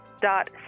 Dot